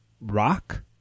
rock